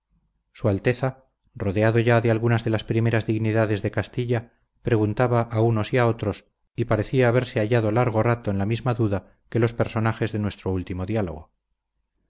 su alteza rodeado ya de algunas de las primeras dignidades de castilla preguntaba a unos y a otros y parecía haberse hallado largo rato en la misma duda que los personajes de nuestro último diálogo